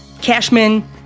Cashman